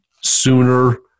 sooner